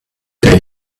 day